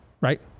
right